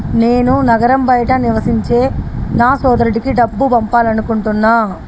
నేను నగరం బయట నివసించే నా సోదరుడికి డబ్బు పంపాలనుకుంటున్నా